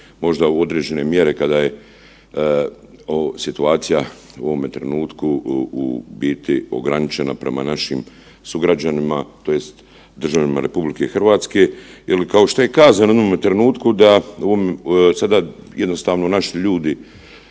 možda u određene mjere kada je ovo situacija u ovome trenutku u biti ograničena prema našim sugrađanima tj. državljanima RH. Ili kao što je kazano u onome trenutku da sada jednostavno naši ljudi